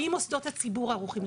האם מוסדות הציבור ערוכים.